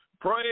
Pray